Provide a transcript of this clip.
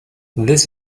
this